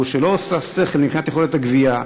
שאין בה היגיון מבחינת יכולת הגבייה,